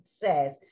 says